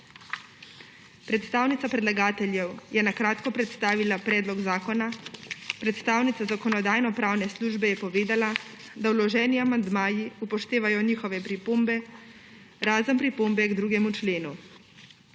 Predstavnica predlagateljev je kratko predstavila predlog zakona. Predstavnica Zakonodajno-pravne službe je povedala, da vloženi amandmaji upoštevajo njihove pripombe, razen pripombe k 2. členu.